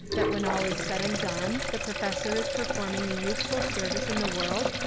that when all is said and done the professor is per forming a useful service in the world,